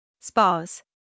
spas